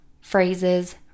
phrases